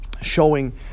showing